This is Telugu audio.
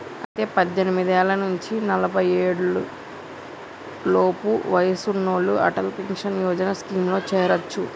అయితే పద్దెనిమిది ఏళ్ల నుంచి నలఫై ఏడు లోపు వయసు ఉన్నోళ్లు అటల్ పెన్షన్ యోజన స్కీమ్ లో చేరొచ్చు